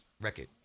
record